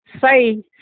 say